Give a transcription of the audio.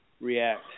react